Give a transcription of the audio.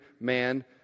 man